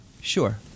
Sure